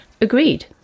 agreed